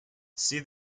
see